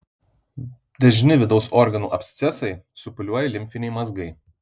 dažni vidaus organų abscesai supūliuoja limfiniai mazgai